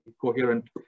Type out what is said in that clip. coherent